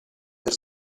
per